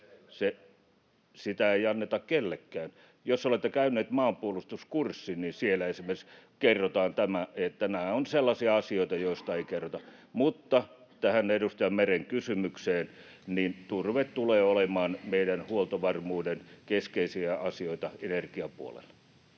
minä sitä kysynyt!] Jos olette käyneet maanpuolustuskurssin, niin siellä esimerkiksi kerrotaan, että nämä ovat sellaisia asioita, joista ei kerrota. Mutta tähän edustaja Meren kysymykseen: turve tulee olemaan meidän huoltovarmuuden keskeisiä asioita energiapuolella.